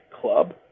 club